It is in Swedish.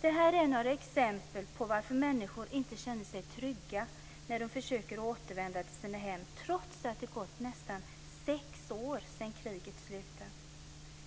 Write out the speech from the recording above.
Det här är några exempel på varför människor inte känner sig trygga när de försöker återvända till sina hem, trots att det gått nästan sex år sedan kriget slutade.